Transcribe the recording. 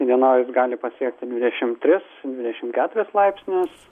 įdienojus gali pasiekti dvidešim tris dvidešim keturis laipsnius